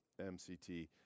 MCT